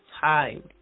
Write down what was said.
time